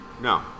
No